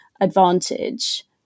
advantage